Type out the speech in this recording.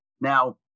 Now